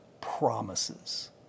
promises